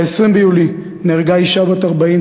ב-20 ביולי נהרגה אישה בת 40,